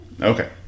Okay